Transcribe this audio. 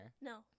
No